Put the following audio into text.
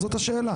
זאת השאלה.